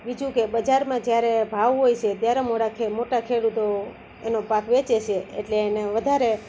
બીજું કે બજારમાં જ્યારે ભાવ હોય સે ત્યારે મોરા છે મોટા ખેડૂતો એનો પાક વેચે છે એટલે એને વધારે